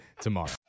tomorrow